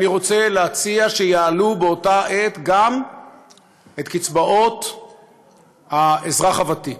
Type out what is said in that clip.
אני רוצה להציע שיעלו באותה העת גם את קצבאות האזרח הוותיק,